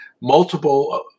multiple